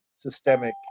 systemic